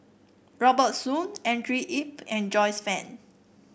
Robert Soon Andrew Yip and Joyce Fan